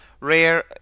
Rare